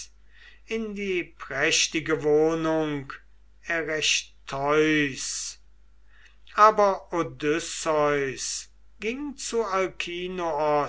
in die prächtige wohnung erechtheus aber odysseus ging zu